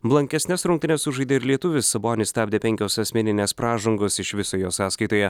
blankesnes rungtynes sužaidė ir lietuvis sabonį stabdė penkios asmeninės pražangos iš viso jo sąskaitoje